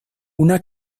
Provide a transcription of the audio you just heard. una